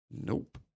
Nope